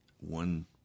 one